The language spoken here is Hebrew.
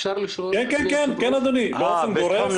כן, אדוני, באופן גורף.